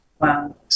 Wow